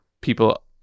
people